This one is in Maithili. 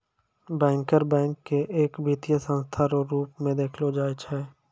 बैंकर बैंक के एक वित्तीय संस्था रो रूप मे देखलो जाय छै